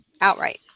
outright